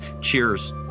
Cheers